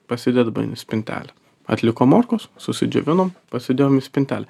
pasidedame į spintelę atliko morkos susidžiovinom pasidėjom į spintelę